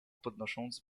podnosząc